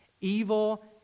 Evil